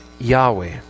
Yahweh